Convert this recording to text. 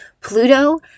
Pluto